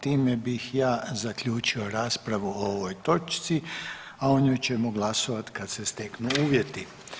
Time bih ja zaključio raspravu o ovoj točci, a o njoj ćemo glasovat kad se steknu uvjeti.